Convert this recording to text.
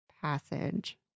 passage